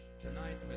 tonight